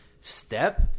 step